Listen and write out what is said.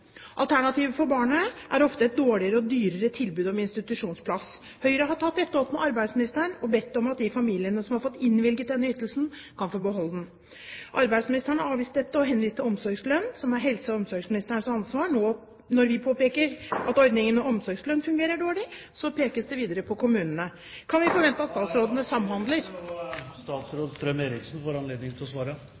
Alternativet for barnet er ofte et dårligere og dyrere tilbud om institusjonsplass. Høyre har tatt dette opp med arbeidsministeren og bedt om at de familiene som har fått innvilget denne ytelsen, kan få beholde den. Arbeidsministeren avviste dette og henviste til omsorgslønn, som er helse- og omsorgsministerens ansvar. Når vi påpeker at ordningen med omsorgslønn fungerer dårlig, pekes det videre på kommunene. Kan vi forvente oss at statsrådene samhandler? Da er taletiden ute, og statsråd Strøm-Erichsen får anledning til å svare.